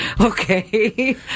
Okay